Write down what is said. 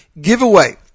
giveaway